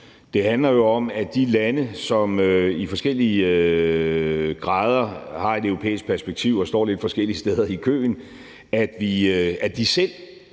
Det handler om, at de lande, som i forskellig grad har et europæisk perspektiv og står lidt forskellige steder i køen, selv